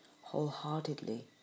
wholeheartedly